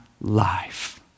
life